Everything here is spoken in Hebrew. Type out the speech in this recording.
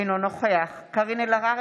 אינו נוכח קארין אלהרר,